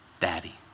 daddy